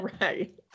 Right